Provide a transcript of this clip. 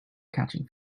catching